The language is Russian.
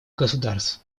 государств